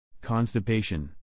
Constipation